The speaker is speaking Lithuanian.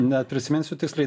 neprisiminsiu tiksliai